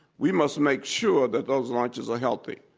we must make sure that those lunches are healthy,